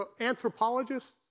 Anthropologists